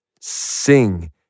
sing